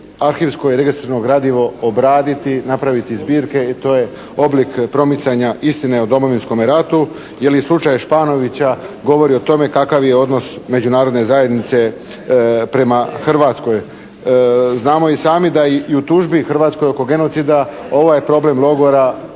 arhivsko i registarno gradivo obraditi, napraviti zbirke i to je oblik promicanja istine o Domovinskome ratu. Jer i slučaj Španovića govori o tome kakav je odnos Međunarodne zajednice prema Hrvatskoj. Znamo i sami da i u tužbi Hrvatskoj oko genocida ovo je problem logora